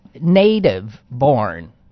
native-born